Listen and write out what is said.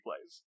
plays